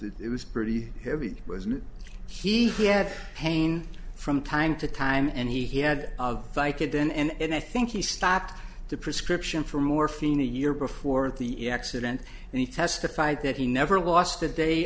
it was pretty heavy wasn't he he had pain from time to time and he had of fike it and i think he stopped the prescription for morphine a year before the accident and he testified that he never lost a day